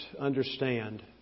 understand